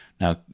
Now